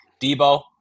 debo